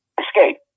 escape